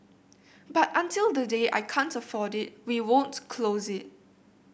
but until the day I can't afford it we won't close it